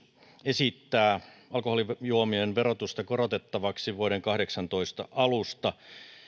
esittää alkoholijuomien verotusta korotettavaksi vuoden kaksituhattakahdeksantoista alusta